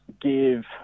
give